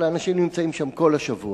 אבל האנשים נמצאים שם כל השבוע.